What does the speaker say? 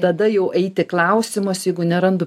tada jau eiti klausimas jeigu nerandu